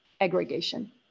aggregation